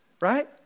Right